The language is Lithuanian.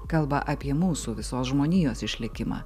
kalba apie mūsų visos žmonijos išlikimą